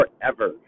forever